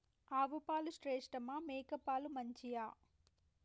ఆవు పాలు శ్రేష్టమా మేక పాలు మంచియా?